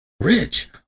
rich